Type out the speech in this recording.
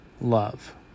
love